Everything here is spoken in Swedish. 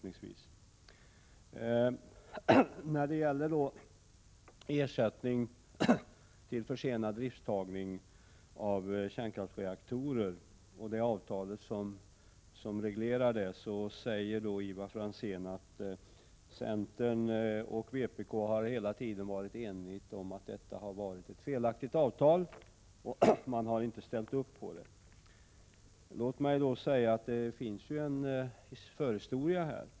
När det gäller ersättning för försenad idrifttagning av kärnkraftsreaktorer och det avtal som reglerar det säger Ivar Franzén att centern och vpk hela tiden har varit eniga om att detta varit ett felaktigt avtal, som de inte har ställt sig bakom. Låt mig säga att det finns en förhistoria.